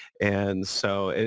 and so, and